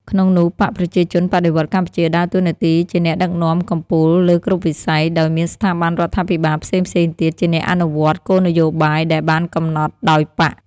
ក្នុងនោះ បក្សប្រជាជនបដិវត្តន៍កម្ពុជាដើរតួនាទីជាអ្នកដឹកនាំកំពូលលើគ្រប់វិស័យ ដោយមានស្ថាប័នរដ្ឋាភិបាលផ្សេងៗទៀតជាអ្នកអនុវត្តគោលនយោបាយដែលបានកំណត់ដោយបក្ស។